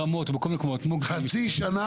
לכן אני חושב שזה מה שצריך להיות פה.